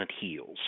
heals